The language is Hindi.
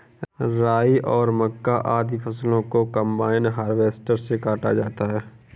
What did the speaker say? राई, जौ, मक्का, आदि फसलों को कम्बाइन हार्वेसटर से काटा जाता है